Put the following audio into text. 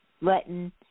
letting